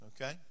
Okay